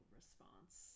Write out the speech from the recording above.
response